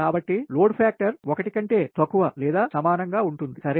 కాబట్టి load factor ఒకటి కంటే తక్కువ లేదా సమానం గా ఉంటుంది సరే